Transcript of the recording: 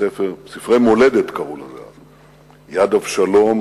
"ספרי מולדת" קראו לזה אז: יד-אבשלום